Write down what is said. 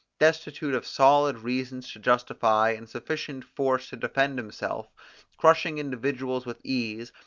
destitute of solid reasons to justify, and sufficient force to defend himself crushing individuals with ease,